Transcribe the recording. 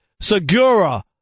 Segura